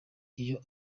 iyo